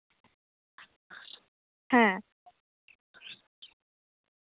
ᱦᱮᱸ